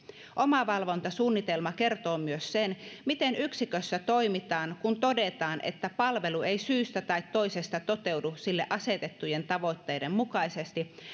omavalvontasuunnitelma kertoo myös sen miten yksikössä toimitaan kun todetaan että palvelu ei syystä tai toisesta toteudu sille asetettujen tavoitteiden mukaisesti